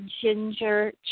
ginger